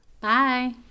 bye